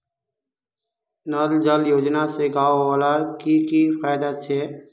नल जल योजना से गाँव वालार की की फायदा छे?